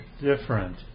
different